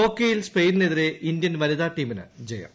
ഹോക്കിയിൽ സ്പെയിനിനെതിരെ ഇന്ത്യൻ വനിതാ ടീമിന് ജയം